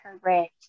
correct